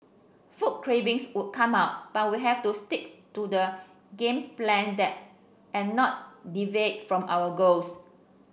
food cravings would come up but we have to stick to the game plan and not deviate from our goals